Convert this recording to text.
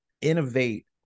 innovate